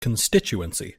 constituency